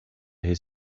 his